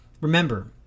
Remember